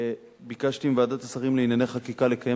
ביקשתי מוועדת השרים לענייני חקיקה לקיים